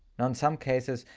now, in some cases,